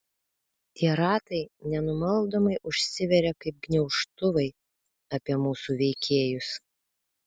tie ratai nenumaldomai užsiveria kaip gniaužtuvai apie mūsų veikėjus